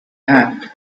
hand